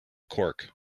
cork